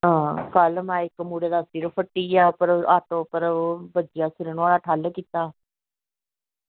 कल्ल इक्क मुड़े दा सिर फट्टी गेआ ऑटो उप्पर बज्जेआ सिर नुहाड़ा ठिल्ल कीते दा